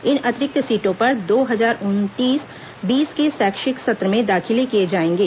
इन अतिरिक्त सीटों पर दो हजार उन्नीस बीस के शैक्षणिक सत्र में दाखिले किए जाएंगे